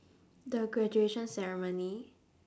the graduation ceremony